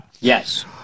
yes